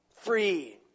Free